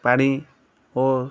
ପାଣି ଓ